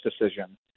decision